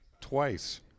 twice